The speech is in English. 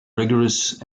rigorous